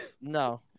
No